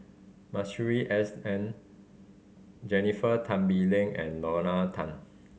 Masuri S N Jennifer Tan Bee Leng and Lorna Tan